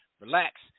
relax